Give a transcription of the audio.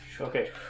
Okay